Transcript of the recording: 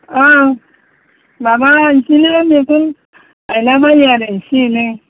ओं माबा बेदिनो मैगं गायलाबायो आरो एसे एनै